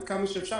עד כמה שאפשר,